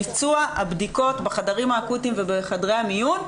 ביצוע הבדיקות בחדרים האקוטיים ובחדרי המיון.